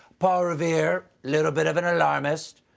paul revere, little bit of an alarmist.